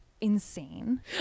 insane